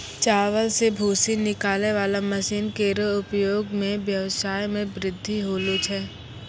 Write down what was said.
चावल सें भूसी निकालै वाला मसीन केरो उपयोग सें ब्यबसाय म बृद्धि होलो छै